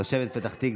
תושבת פתח תקווה.